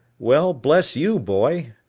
well, bless you, boy.